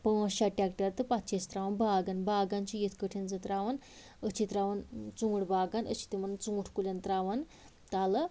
پٲنٛژ شےٚ ٹرکٹر تہٕ پتہٕ چھِ أسۍ ترٛاوان باغن باغن چھِ یِتھٕ پٲٹھٮ۪ن زِ ترٛاوان أسۍ چھِ ترٛاوان ژوٗنٛٹھۍ باغن أسۍ چھِ تِمن ژوٗنٛٹھۍ کُلٮ۪ن ترٛاوان تلہٕ